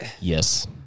Yes